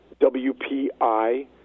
wpi